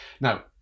Now